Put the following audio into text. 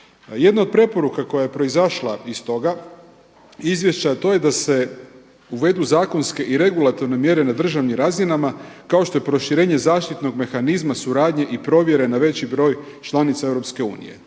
Jedna od preporuka koja je proizašla iz toga Izvješća, to je da se uvedu zakonske i regulatorne mjere na državnim razinama kao što je proširenje zaštitnog mehanizma suradnje i provjere na veći broj članica